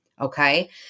okay